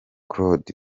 claude